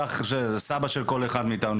קח סבא של כל אחד מאיתנו,